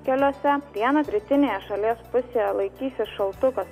keliuose dieną rytinėje šalies pusėje laikysis šaltukas